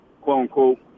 quote-unquote